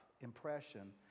impression